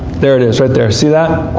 there it is, right there. see that?